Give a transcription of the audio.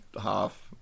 half